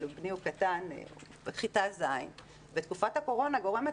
בני הקטן בכיתה ז' ותקופת הקורונה גורמת